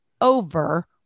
over